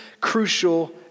crucial